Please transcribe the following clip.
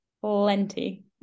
plenty